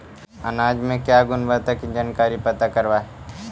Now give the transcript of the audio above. अनाज मे क्या गुणवत्ता के जानकारी पता करबाय?